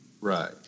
Right